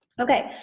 okay,